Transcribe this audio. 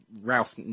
Ralph